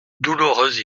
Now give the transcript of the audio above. douloureuse